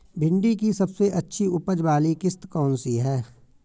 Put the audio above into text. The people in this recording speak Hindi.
भिंडी की सबसे अच्छी उपज वाली किश्त कौन सी है?